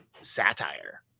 satire